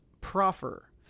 Proffer